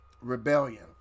rebellion